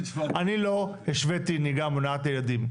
אני לא השוויתי נהיגה מונעת לילדים.